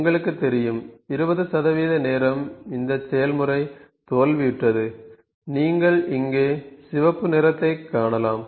உங்களுக்குத் தெரியும் 20 நேரம் இந்த செயல்முறை தோல்வியுற்றது நீங்கள் இங்கே சிவப்பு நிறத்தைக் காணலாம்